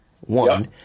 one